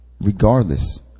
Regardless